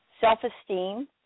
self-esteem